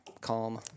calm